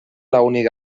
lagunik